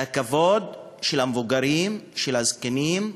והכבוד למבוגרים, לזקנים,